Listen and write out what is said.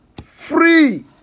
free